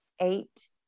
eight